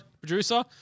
producer